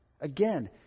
Again